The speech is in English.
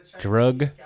Drug